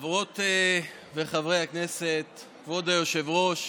סליחה, חברי הכנסת ביציעים ובמליאה,